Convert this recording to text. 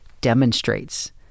demonstrates